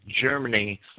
Germany